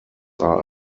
are